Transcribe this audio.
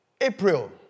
April